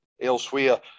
elsewhere